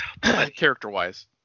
character-wise